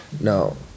No